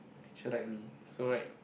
teacher like me so right